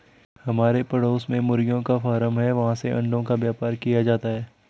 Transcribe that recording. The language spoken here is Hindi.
हमारे पड़ोस में मुर्गियों का फार्म है, वहाँ से अंडों का व्यापार किया जाता है